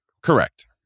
Correct